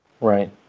Right